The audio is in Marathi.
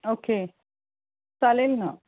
ओके चालेल नं